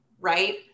right